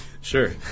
Sure